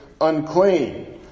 unclean